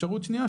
ואפשרות שנייה,